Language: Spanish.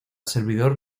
servidor